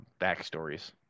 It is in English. backstories